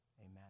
amen